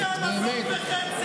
בגבעת התחמושת כבר טיפלת?